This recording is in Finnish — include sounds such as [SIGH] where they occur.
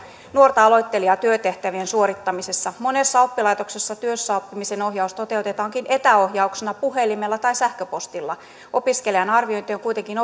nuorta aloittelijaa työtehtävien suorittamisessa monessa oppilaitoksessa työssäoppimisen ohjaus toteutetaankin etäohjauksena puhelimella tai sähköpostilla opiskelijan arviointi on on kuitenkin [UNINTELLIGIBLE]